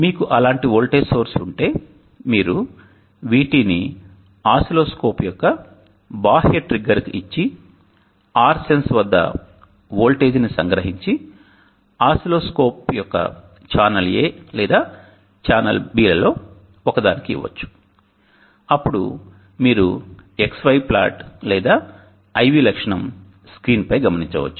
మీకు అలాంటి voltage source ఉంటే మీరు VT ని ఓసిల్లోస్కోప్ యొక్క బాహ్య ట్రిగ్గర్కు ఇచ్చి R SENSE వద్ద వోల్టేజ్ను సంగ్రహించి ఓసిల్లోస్కోప్ యొక్క ఛానల్ A లేదా ఛానెల్ B లలో ఒకదానికి ఇవ్వవచ్చు అప్పుడు మీరు XY ప్లాట్ లేదా I V లక్షణం స్క్రీన్ పై గమనించవచ్చు